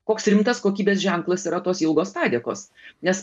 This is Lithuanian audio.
koks rimtas kokybės ženklas yra tos ilgos padėkos nes